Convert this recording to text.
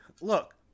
Look